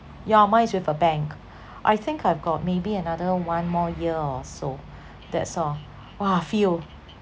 yeah mine is with a bank I think I've got maybe another one more year or so that's all !wah! feel